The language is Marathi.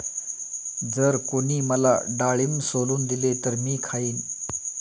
जर कोणी मला डाळिंब सोलून दिले तर मी खाईन